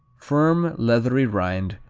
firm, leathery rind,